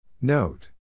Note